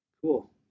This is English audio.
cool